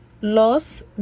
los